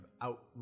out